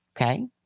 Okay